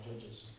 judges